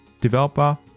developer